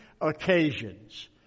occasions